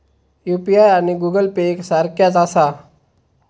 UPI आणि Google Pay एक सारख्याच आसा?